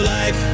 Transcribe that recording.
Life